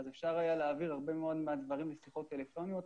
אפשר היה להעביר הרבה מאוד מהדברים לשיחות טלפוניות,